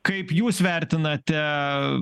kaip jūs vertinate